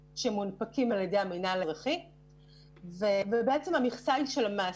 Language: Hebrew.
שמונפקים על ידי המינהל האזרחי ובעצם המכסה היא של המעביד,